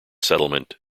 settlement